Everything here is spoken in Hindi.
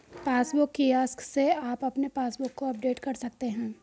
पासबुक किऑस्क से आप अपने पासबुक को अपडेट कर सकते हैं